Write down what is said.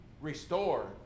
Restore